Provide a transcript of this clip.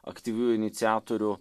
aktyvių iniciatorių